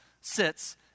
sits